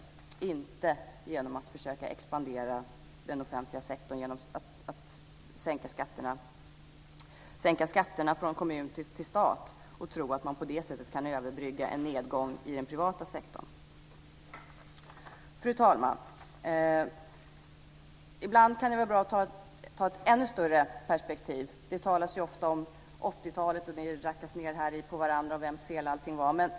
Man ska inte försöka expandera den offentliga sektorn genom att sänka skatterna från kommun till stat och tro att man på det sättet kan överbrygga en nedgång i den privata sektorn. Fru talman! Ibland kan det vara bra att ta ett ännu större perspektiv. Det talas ofta om 80-talet. Vi rackar ned på varandra och talar om vems fel allting var.